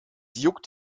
juckt